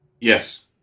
Yes